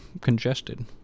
congested